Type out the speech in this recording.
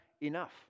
enough